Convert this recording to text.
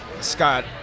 Scott